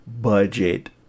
budget